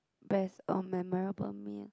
best or memorable meal